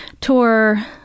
tour